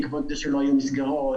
בעקבות זה שלא היו מסגרות,